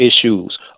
issues